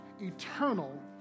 eternal